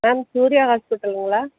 ma'am Surya ஹாஸ்பிட்டலுங்களா